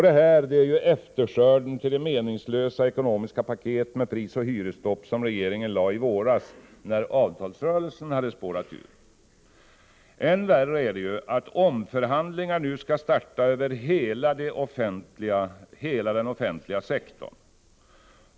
Detta är efterskörden till det meningslösa ekonomiska paket med prisoch hyresstopp som regeringen lade fram i våras när avtalsrörelsen hade spårat ur. Än värre är att omförhandlingar nu skall starta över hela den offentliga sektorn.